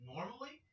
Normally